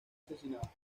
asesinada